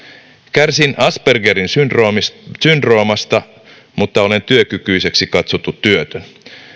kärsin aspergerin syndroomasta syndroomasta mutta olen työkykyiseksi katsottu työtön